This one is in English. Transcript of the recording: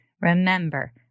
remember